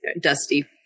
dusty